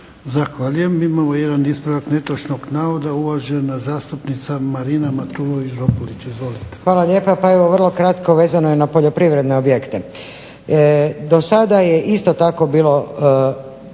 Zahvaljujem. Imamo jedan ispravak netočnog navoda. Uvažena zastupnica Marina Matulović Dropulić. Izvolite. **Matulović-Dropulić, Marina (HDZ)** Hvala lijepa. Pa evo vrlo kratko, vezano je na poljoprivredne objekte. Do sada je isto tako bilo